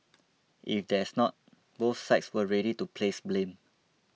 if there's not both sides were ready to place blame